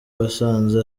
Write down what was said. wasanze